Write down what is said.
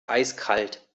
eiskalt